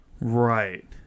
Right